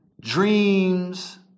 dreams